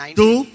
two